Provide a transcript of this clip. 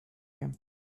him